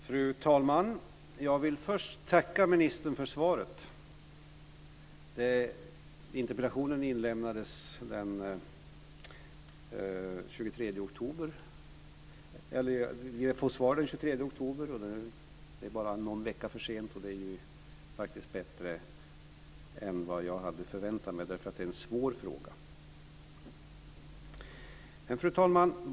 Fru talman! Jag vill först tacka ministern för svaret, som jag får den 23 oktober. Det är faktiskt bara någon vecka för sent och det är bättre än jag hade förväntat mig, därför att det är en svår fråga. Fru talman!